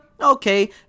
Okay